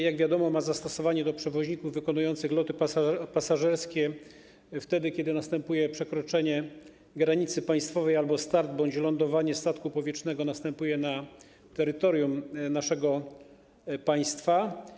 Jak wiadomo, ustawa ma zastosowanie do przewoźników wykonujących loty pasażerskie, wtedy kiedy następuje przekroczenie granicy państwowej albo kiedy start bądź lądowanie statku powietrznego następuje na terytorium naszego państwa.